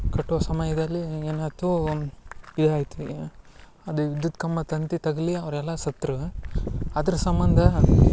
ಕಟ್ಟುವ ಸಮಯದಲ್ಲಿ ಏನಾಯ್ತು ಇದಾಯಿತು ಅದು ವಿದ್ಯುತ್ ಕಂಬ ತಂತಿ ತಗುಲಿ ಅವರೆಲ್ಲ ಸತ್ತರು ಅದ್ರ ಸಂಬಂಧ